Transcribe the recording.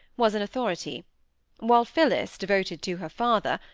was an authority while phillis, devoted to her father,